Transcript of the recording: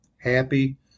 happy